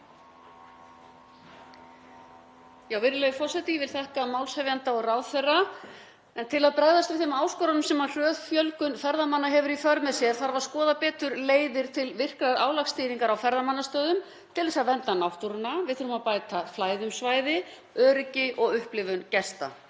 Virðulegur forseti. Ég vil þakka málshefjanda og ráðherra. Til að bregðast við þeim áskorunum sem hröð fjölgun ferðamanna hefur í för með sér þarf að skoða betur leiðir til virkrar álagsstýringar á ferðamannastöðum til að vernda náttúruna. Við þurfum að bæta flæði um svæði, öryggi og upplifun gesta.